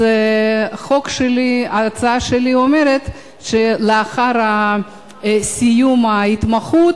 הצעת החוק שלי אומרת שלאחר סיום ההתמחות